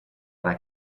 alla